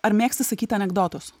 ar mėgsti sakyt anekdotus